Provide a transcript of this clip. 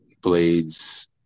blades